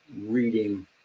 reading